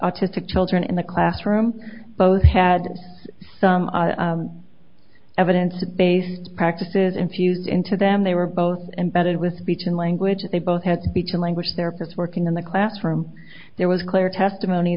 autistic children in the classroom both had some evidence to base practices infuse into them they were both embedded with speech and language they both had speech and language their parts working in the classroom there was clear testimony